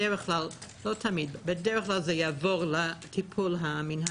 בדרך כלל לא תמיד זה יעבור לטיפול המינהלי.